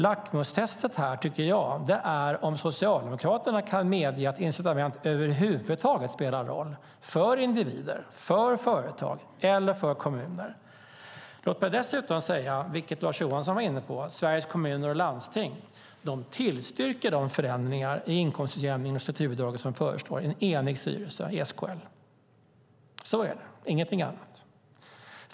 Jag tycker att lackmustestet är om Socialdemokraterna kan medge att incitament över huvud taget spelar roll för individer, för företag eller för kommuner. Låt mig dessutom säga, vilket Lars Johansson var inne på, att Sveriges Kommuner och Landsting tillstyrker de förändringar i inkomstutjämning och strukturbidrag som föreslås. Detta görs av en enig styrelse i SKL. Så är det, och inte på något annat sätt.